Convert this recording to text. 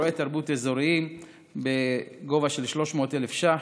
אירועי תרבות אזוריים בעלות של 300,000 שקל.